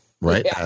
right